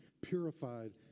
purified